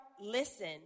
listen